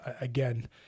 again